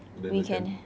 then we can